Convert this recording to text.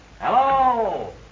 Hello